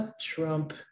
Trump